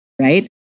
right